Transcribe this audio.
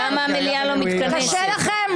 קשה לכם?